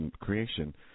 creation